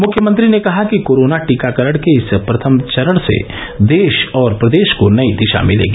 मृख्यमंत्री ने कहा कि कोरोना टीकाकरण के इस प्रथम चरण से देश और प्रदेश को नई दिशा मिलेगी